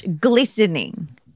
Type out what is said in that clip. glistening